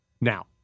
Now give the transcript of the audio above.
Now